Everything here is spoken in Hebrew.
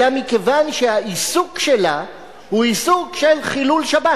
אלא מכיוון שהעיסוק שלה הוא עיסוק של חילול שבת.